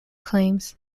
claims